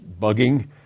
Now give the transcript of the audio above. bugging